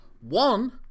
One